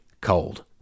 cold